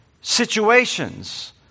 situations